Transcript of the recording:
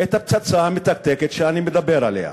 את הפצצה המתקתקת שאני מדבר עליה.